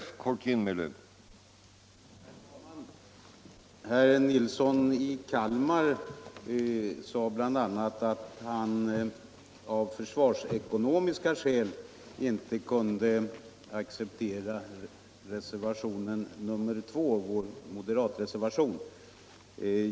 Herr talman! Herr Nilsson i Kalmar sade bl.a. att han av försvarsekonomiska skäl inte kunde acceptera moderatreservationen nr 2.